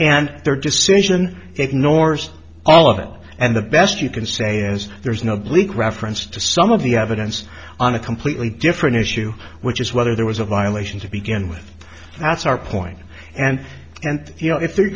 and their decision ignores all of it and the best you can say is there's no oblique reference to some of the evidence on a completely different issue which is whether there was a violation to begin with that's our point and and you know if they're